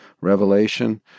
revelation